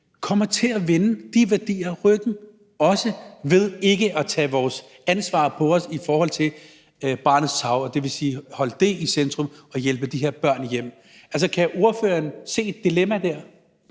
i den oplyste vestlige verden står for – ved ikke at tage vores ansvar på os i forhold til barnets tarv, dvs. holde det i centrum og hjælpe de her børn hjem? Altså, kan ordføreren se et dilemma der?